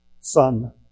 Son